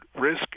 risk